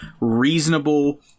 reasonable